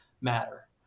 matter